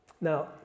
now